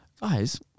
guys